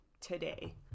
today